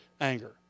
anger